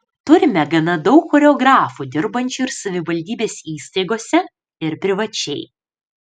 turime gana daug choreografų dirbančių ir savivaldybės įstaigose ir privačiai